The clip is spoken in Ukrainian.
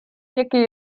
які